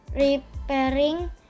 repairing